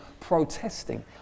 protesting